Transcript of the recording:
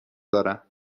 دارم